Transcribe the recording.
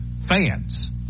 fans